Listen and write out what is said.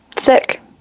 sick